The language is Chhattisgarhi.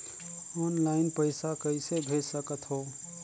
ऑनलाइन पइसा कइसे भेज सकत हो?